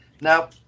Now